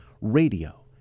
radio